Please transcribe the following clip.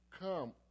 come